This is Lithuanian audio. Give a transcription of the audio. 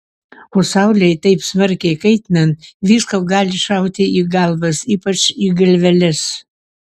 o saulei taip smarkiai kaitinant visko gali šauti į galvas ypač į galveles